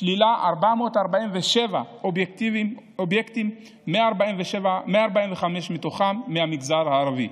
שלילה 447 אובייקטים, 145 מהם מהמגזר הערבי.